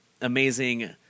amazing